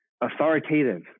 authoritative